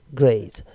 great